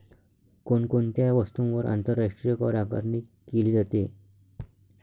कोण कोणत्या वस्तूंवर आंतरराष्ट्रीय करआकारणी केली जाते?